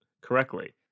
correctly